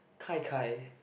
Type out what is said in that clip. Kai Kai